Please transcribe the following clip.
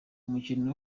imikino